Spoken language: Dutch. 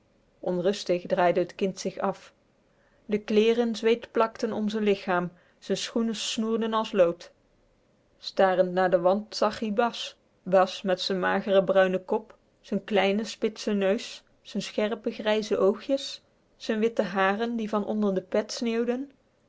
onrustig draaide t kind zich af de kleeren zweetplakten om z'n lichaam z'n schoenen snoerden als lood starend naar de wand zàg ie bas bas met z'n mageren bruinen kop z'n kleinen spitsen neus z'n scherpe grijze oogjes z'n witte haren die van onder de